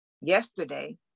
yesterday